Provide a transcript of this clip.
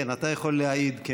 כן, אתה יכול להעיד.